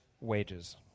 wages